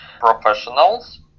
professionals